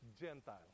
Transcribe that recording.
Gentile